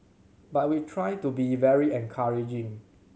but we try to be very encouraging